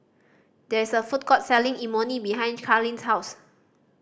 there is a food court selling Imoni behind Carlene's house